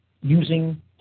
using